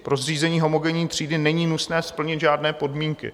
Pro zřízení homogenní třídy není nutné splnit žádné podmínky.